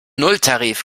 nulltarif